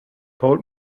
told